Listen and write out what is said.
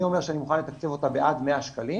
אומר שאני מוכן לתקצב אותה ב-עד 100 ₪,